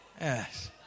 Yes